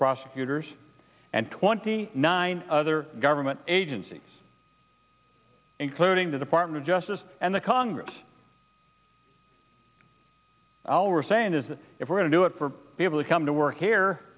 prosecutors and twenty nine other government agencies including the department of justice and the congress all we're saying is that if we're to do it for people to come to work here